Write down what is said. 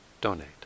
donate